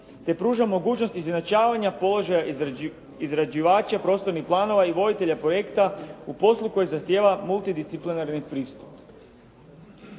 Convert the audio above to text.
te pruža mogućnost izjednačavanja položaja izrađivača prostornih planova i voditelja projekta u poslu koji zahtjeva multidisciplinarni pristup.